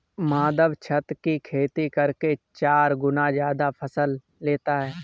माधव छत की खेती करके चार गुना ज्यादा फसल लेता है